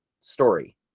story